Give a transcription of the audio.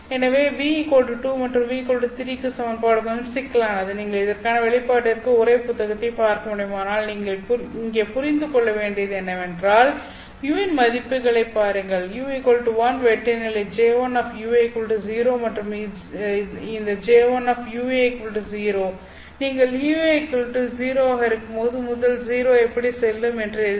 எனவே ʋ 2 மற்றும் ʋ 3 க்கு சமன்பாடு கொஞ்சம் சிக்கலானது நீங்கள் இதற்கான வெளி வெளிப்பாட்டிற்கு உரை புத்தகத்தைப் பார்க்க முடியும் ஆனால் நீங்கள் இங்கே புரிந்து கொள்ள வேண்டியது என்னவென்றால் u இன் மதிப்புகளைப் பாருங்கள் ʋ1 வெட்டு நிலை J10 மற்றும் இந்த J10 நீங்கள் ua0 ஆக இருக்கும்போது முதல் 0 எப்படி செல்லும் என்று எழுதுங்கள்